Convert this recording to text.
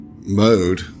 mode